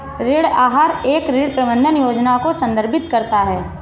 ऋण आहार एक ऋण प्रबंधन योजना को संदर्भित करता है